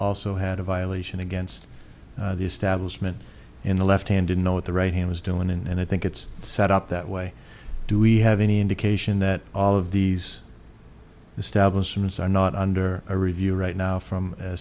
also had a violation against the establishment in the left hand didn't know what the right hand was doing and i think it's set up that way do we have any indication that all of these establishment are not under review right now from a